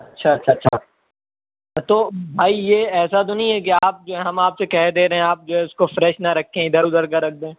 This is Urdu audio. اچّھا اچّھا اچّھا تو بھائى يہ ايسا تو نہیں ہے کہ آپ جو ہے ہم آپ سے ہم کہہ دے رہے ہیں آپ جو ہے اس كو فريش نہ ركھّيں اِدھر اُدھر كا ركھ ديں